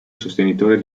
sostenitore